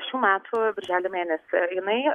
šių metų birželio mėnesį jinai